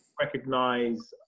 Recognize